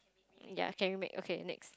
ya can remake okay next